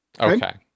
Okay